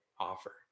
offer